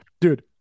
dude